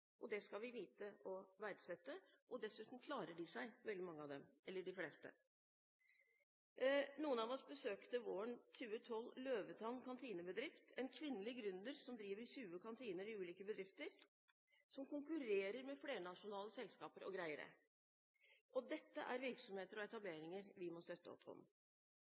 Det skal vi vite å verdsette. Dessuten klarer de seg, de fleste av dem. Noen av oss besøkte våren 2012 Løvetann Kantinedrift, en kvinnelig gründer som driver 20 kantiner i ulike bedrifter, som konkurrerer med flernasjonale selskaper og greier det. Dette er virksomheter og etableringer vi må støtte opp om.